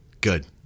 Good